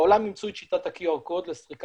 בעולם אימצו את שיטת ה- QR code לסריקה